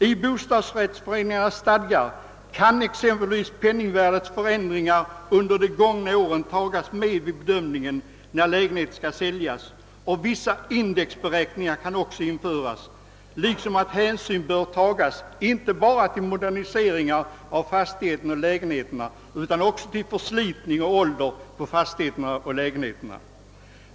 I bostadsrättsföreningarnas stadgar kan exempelvis penningvärdets förändringar under de gångna åren tagas med vid bedömningen när lägenheten skall säljas. Vissa indexberäkningar kan också införas. Vidare kan hänsyn tas inte bara till moderniseringar av fastigheten och lägenheterna utan också till förslitning och ålder på fastighet och lägenhet.